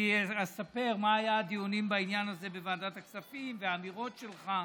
אני אספר מה היו הדיונים בעניין הזה בוועדת הכספים והאמירות שלך,